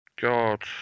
God